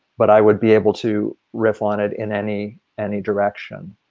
but i would be able to riff on it in any any direction.